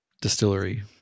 distillery